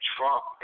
Trump